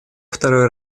второе